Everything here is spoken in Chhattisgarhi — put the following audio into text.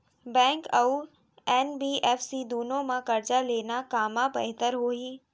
बैंक अऊ एन.बी.एफ.सी दूनो मा करजा लेना कामा बेहतर होही?